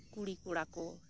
ᱠᱩᱲᱤ ᱠᱚᱲᱟ ᱠᱚ